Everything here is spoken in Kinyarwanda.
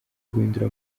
guhindura